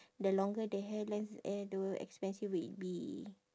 the longer the hair length eh the expensive will be